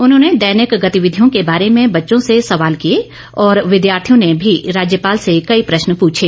उन्होंने दैनिक गतिविधियों के बारे में बच्चों से सवाल किए और विद्यार्थियों ने भी राज्यपाल से कई प्रश्न पूछे